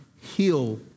heal